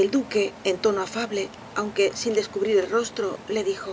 el duque con tono afable aunque sin descubrir el rostro le dijo